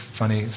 funny